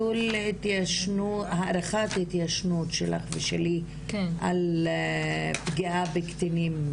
הארכת התיישנות שלך ושלי על פגיעה בקטינים